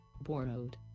borrowed